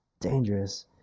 dangerous